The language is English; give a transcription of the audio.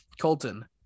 Colton